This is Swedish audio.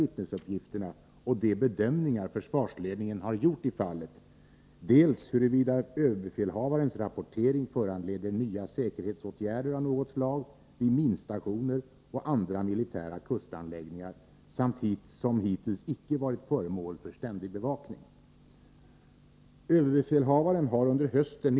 Tidningsuppgifter gör vidare gällande att överbefälhavaren ser mycket allvarligt på vittnesuppgifterna och att han underrättat regeringen, bl.a. i form av en rapport. Enligt uppgift har regeringen fått ÖB:s informationer redan under hösten.